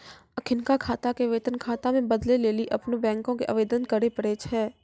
अखिनका खाता के वेतन खाता मे बदलै लेली अपनो बैंको के आवेदन करे पड़ै छै